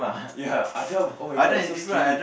ya I tell oh-my-god is so skinny